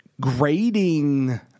grading